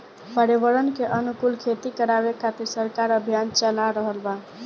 पर्यावरण के अनुकूल खेती करावे खातिर सरकार अभियान चाला रहल बा